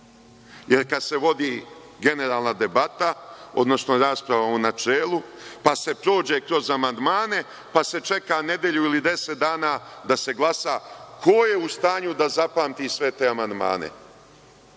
jer kada se vodi generalna debata, odnosno rasprava u načelu, pa se prođe kroz amandmane, pa se čeka nedelju ili 10 dana da se glasa, ko je u stanju da zapamti sve te amandmane?